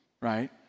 right